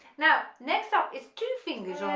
now next up is two fingers on